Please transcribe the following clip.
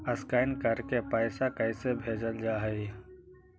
Scan करके पैसा कैसे भेजल जा हइ?